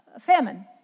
famine